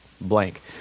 blank